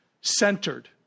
centered